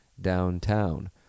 downtown